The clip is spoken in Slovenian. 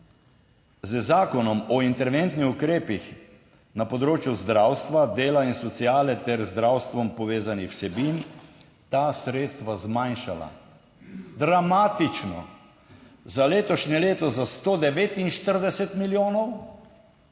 z Zakonom o interventnih ukrepih na področju zdravstva, dela in sociale ter z zdravstvom povezanih vsebin, ta sredstva zmanjšala, dramatično, za letošnje leto za 149 milijonov